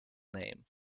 name